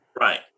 Right